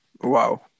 Wow